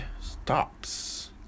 stops